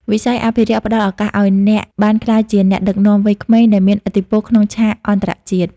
ស័យអភិរក្សផ្តល់ឱកាសឱ្យអ្នកបានក្លាយជាអ្នកដឹកនាំវ័យក្មេងដែលមានឥទ្ធិពលក្នុងឆាកអន្តរជាតិ។